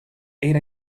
era